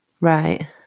right